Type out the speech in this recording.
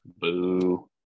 Boo